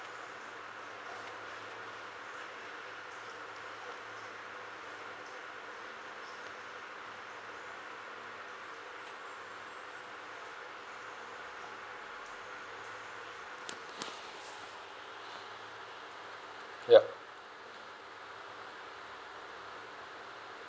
ya